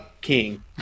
king